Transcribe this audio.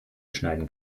schneiden